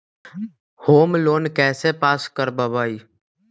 Home loan कैसे pass कर बाबई?